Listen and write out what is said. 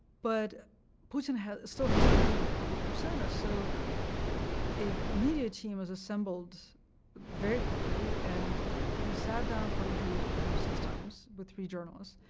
but putin still has no public persona, so a media team was assembled very quickly, and he sat down for interviews with them six times, with three journalists,